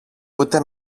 ούτε